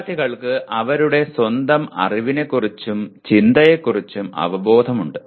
വിദ്യാർത്ഥികൾക്ക് അവരുടെ സ്വന്തം അറിവിനെക്കുറിച്ചും ചിന്തയെക്കുറിച്ചും അവബോധവുമുണ്ട്